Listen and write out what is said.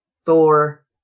Thor